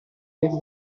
vita